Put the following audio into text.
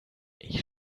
ich